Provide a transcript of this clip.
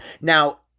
Now